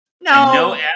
No